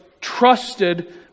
trusted